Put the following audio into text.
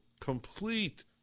complete